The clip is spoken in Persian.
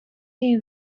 این